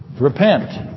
repent